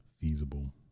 feasible